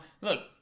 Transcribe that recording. look